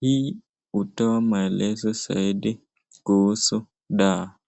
Hii hutoa maelezo zaidi kuhusu dawa.